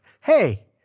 Hey